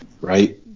right